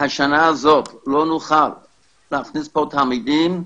השנה הזאת לא נוכל להכניס לפה תלמידים,